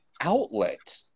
outlet